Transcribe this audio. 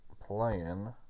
playing